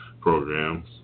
programs